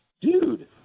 dude